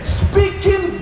speaking